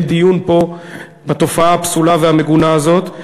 דיון פה בתופעה הפסולה והמגונה הזאת.